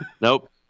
Nope